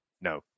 No